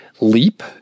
Leap